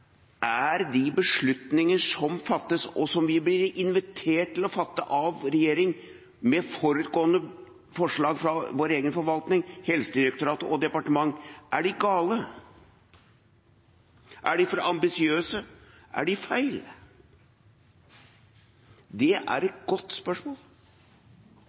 Er de beslutninger som fattes, og som vi blir invitert til å fatte av regjeringa med forutgående forslag fra vår egen forvaltning, helsedirektorat og departement, gale? Er de for ambisiøse? Er de feil? Det er et godt spørsmål.